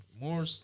more